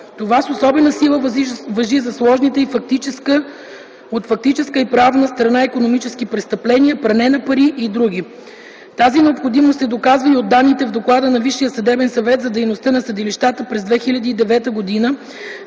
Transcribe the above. Това с особена сила важи за сложните от фактическа и правна страна икономически престъпления, пране на пари и др. Тази необходимост се доказва и от данните в Доклада на Висшия съдебен съвет за дейността на съдилищата през 2009 г.,